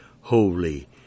Holy